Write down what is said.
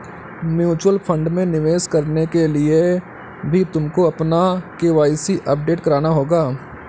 mutual fund में निवेश करने के लिए भी तुमको अपना के.वाई.सी अपडेट कराना होगा